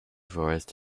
forest